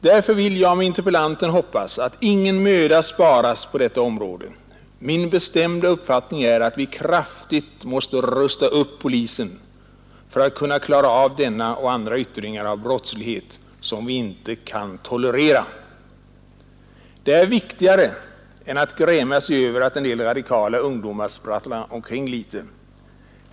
Därför vill jag med interpellanten hoppas att ingen möda sparas på detta område. Min bestämda uppfattning är att vi kraftigt måste rusta upp polisen för att kunna klara av denna och andra yttringar av brottslighet som vi inte kan tolerera. Det är viktigare än att gräma sig över att en del radikala ungdomar sprattlar omkring litet.